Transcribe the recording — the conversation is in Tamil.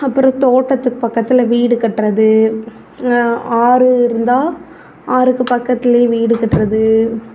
அப்புறம் தோட்டத்துக்கு பக்கத்தில் வீடு கட்டுறது ஆறு இருந்தால் ஆறுக்கு பக்கத்துலேயே வீடு கட்டுறது